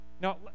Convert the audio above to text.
Now